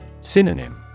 Synonym